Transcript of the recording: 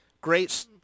Great